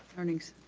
learnings.